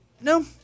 No